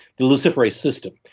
the luciferase system.